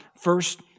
first